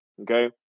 Okay